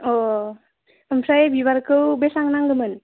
अ ओमफ्राय बिबारखौ बेसेबां नांगौमोन